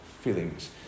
feelings